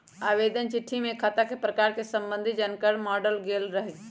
आवेदन चिट्ठी में खता के प्रकार से संबंधित जानकार माङल गेल रहइ